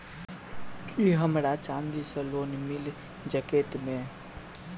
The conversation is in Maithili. की हमरा चांदी सअ लोन मिल सकैत मे?